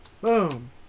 Boom